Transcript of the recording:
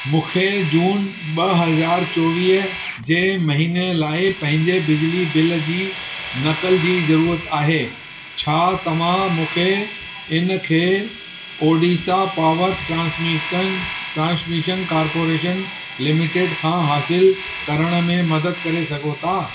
मूंखे जून ॿ हज़ार चोवीह जे महीने लाइ पंहिंजे बिजली बिल जी नकल जी ज़रूरत आहे छा तव्हां मूंखे इन खे Odisha power transmission transmission corporation limited खां हासिलु करण में मदद करे सघो था